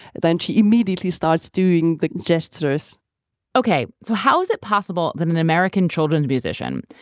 then she immediately starts doing the gestures okay. so how is it possible that an american children's musician,